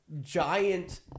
giant